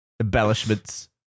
Embellishments